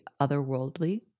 otherworldly